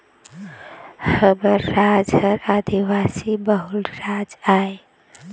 हमर राज ह आदिवासी बहुल राज आय